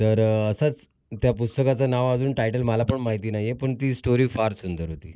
तर असंच त्या पुस्तकाचं नाव अजून टायटल मला पण माहिती नाही आहे पण ती स्टोरी फार सुंदर होती